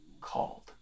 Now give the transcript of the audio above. called